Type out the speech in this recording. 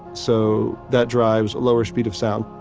so that drives a slower speed of sound,